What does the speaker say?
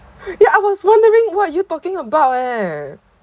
yeah I was wondering what you talking about eh